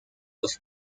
los